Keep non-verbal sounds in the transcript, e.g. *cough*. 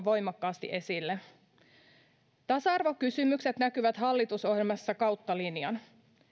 *unintelligible* voimakkaasti esille tasa arvokysymykset näkyvät hallitusohjelmassa kautta linjan